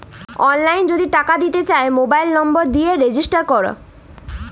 অললাইল যদি টাকা দিতে চায় মবাইল লম্বর দিয়ে রেজিস্টার ক্যরে